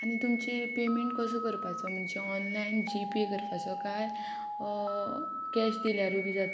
आनी तुमचे पेमेंट कसो करपाचो म्हणजे ऑनलायन जी पे करपाचो काय कॅश दिल्यारूय बी जाता